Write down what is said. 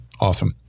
Awesome